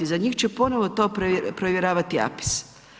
Za njih će ponovno to provjeravati APIS.